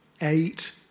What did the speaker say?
eight